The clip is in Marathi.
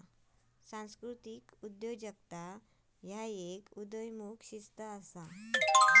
सांस्कृतिक उद्योजकता ह्य एक उदयोन्मुख शिस्त असा